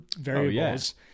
variables